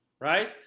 right